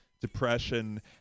depression